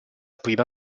prima